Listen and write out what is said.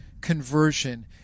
conversion